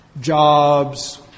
jobs